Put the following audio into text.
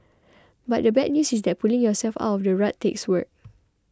but the bad news is that pulling yourself out of the rut takes work